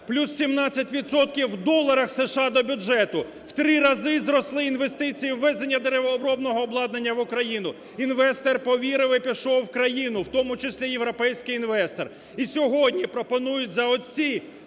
відсотків в доларах США – до бюджету, в три рази зросли інвестиції ввезення деревообробного обладнання в Україну. Інвестор повірив і пішов в країну, в тому числі європейський інвестор. І сьогодні пропонують за оці